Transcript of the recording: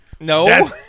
No